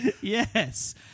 Yes